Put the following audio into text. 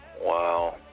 Wow